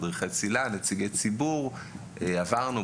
מדריכי צלילה ונציגי ציבור עברנו,